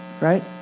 Right